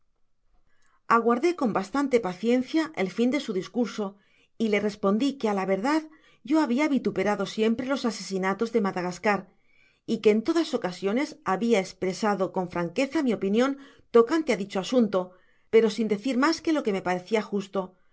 aguardé con bastante paciencia el fin de su discurso y i respondi que á la verdad yo habia vituperado siempre los asesinatos de madagasear y que en todas ocasiones habia espresado con franqueza mi opinion tocante á dicti asunto pero sin decir mas que lo que me parecia justo